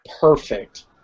Perfect